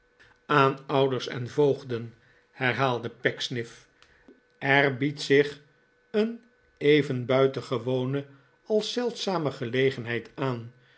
aan ouders en voogden herhaalde pecksniff er biedt zich een even buitengewone als zeldzame gelegenheid aan